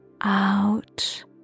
out